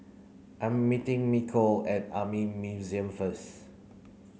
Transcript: I'm meeting Mikel at Army Museum first